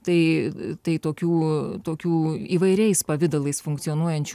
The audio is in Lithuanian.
tai tai tokių tokių įvairiais pavidalais funkcionuojančių